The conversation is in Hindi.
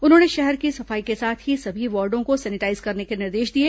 उन्होंने शहर की सफाई के साथ ही सभी वार्डों को सैनिटाईज करने के निर्देश दिए